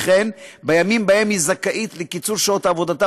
וכן בימים שבהם היא זכאית לקיצור שעות עבודתה